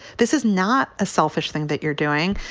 this is not a selfish thing that you're doing.